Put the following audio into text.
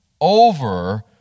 over